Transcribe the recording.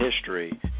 history